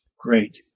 great